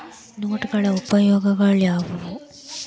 ನೋಟುಗಳ ಉಪಯೋಗಾಳ್ಯಾವ್ಯಾವು?